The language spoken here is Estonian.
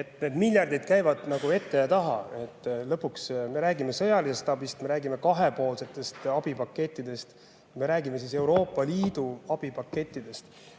et need miljardid käivad ette ja taha. Lõpuks me räägime sõjalisest abist, me räägime kahepoolsetest abipakettidest, me räägime Euroopa Liidu abipakettidest.